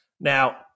Now